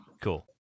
Cool